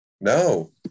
No